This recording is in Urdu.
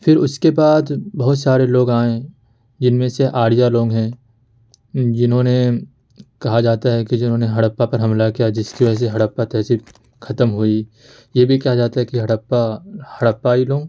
پھر اس کے بعد بہت سارے لوگ آئے جن میں سے آریہ لوگ ہیں جنہوں نے کہا جاتا ہے کہ جنہوں نے ہڑپا پر حملہ کیا جس کی وجہ سے ہڑپا تہذیب ختم ہوئی یہ بھی کہا جاتا ہے کہ ہڑپا ہڑپائی لوگ